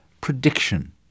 prediction